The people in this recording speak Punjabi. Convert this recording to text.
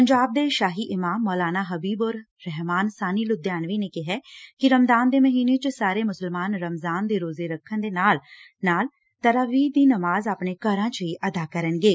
ਪੰਜਾਬ ਦੇ ਸ਼ਾਹੀ ਇਮਾਮ ਮੌਲਾਨਾ ਹਬੀਬ ਉਰ ਰਹਿਮਾਨ ਸਾਨੀ ਲੁਧਿਆਣਵੀਂ ਨੇ ਕਿਹਾ ਕਿ ਰਮਦਾਨ ਦੇ ਮਹੀਨੇ ਵਿੱਚ ਸਾਰੇ ਮੁਸਲਮਾਨ ਰਮਜ਼ਾਨ ਦੇ ਰੋਜ਼ੇ ਰੱਖਣ ਦੇ ਨਾਲ ਨਾਲ ਤਰਾਵੀਹ ਦੀ ਨਮਾਜ਼ ਆਪਣੇ ਘਰਾਂ ਵਿੱਚ ਹੀ ਅਦਾ ਕਰਨਗੇ